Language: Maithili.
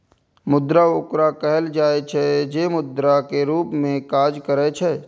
मुद्रा ओकरा कहल जाइ छै, जे मुद्रा के रूप मे काज करै छै